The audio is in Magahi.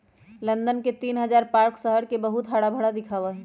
लंदन के तीन हजार पार्क शहर के बहुत हराभरा दिखावा ही